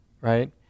Right